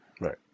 Right